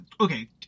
okay